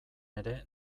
ere